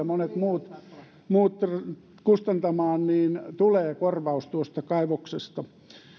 monet muut kustantamaan tulee korvaus tuosta kaivoksesta